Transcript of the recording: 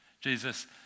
Jesus